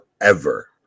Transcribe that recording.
forever